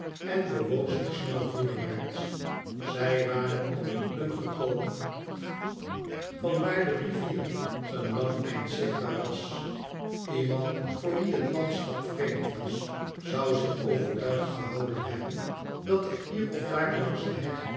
en be woog zich snel voorwaarts zij waren op een punt gekomen van waar de rivier een lang eind zichtbaar was iemand voor wien het landschap vreemd was zou zich overtuigd jgehouden hebben dat er hier of daar langs de heg